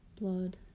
blood